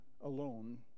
alone